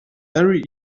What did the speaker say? very